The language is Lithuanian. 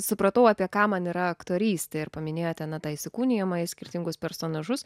supratau apie ką man yra aktorystė ir paminėjote na tą įsikūnijimą į skirtingus personažus